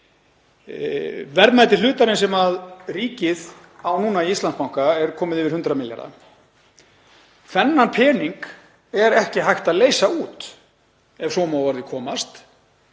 Verðmæti hlutarins sem ríkið á núna í Íslandsbanka er komið yfir 100 milljarða. Þennan pening er ekki hægt að leysa út, ef svo má að orði komast,